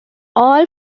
all